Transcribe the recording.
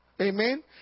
Amen